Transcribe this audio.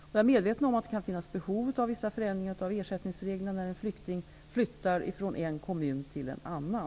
Jag är medveten om att det kan finnas behov av vissa förändringar av ersättningsreglerna när en flykting flyttar från en kommun till en annan.